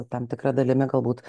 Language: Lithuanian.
tam tikra dalimi galbūt